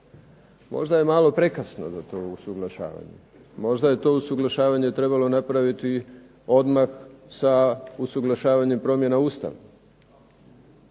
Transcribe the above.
Možda je malo prekasno za to usuglašavanje, možda je to usuglašavanje trebalo napraviti odmah sa usuglašavanjem promjena Ustava,